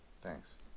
thanks